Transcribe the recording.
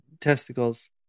testicles